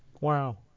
Wow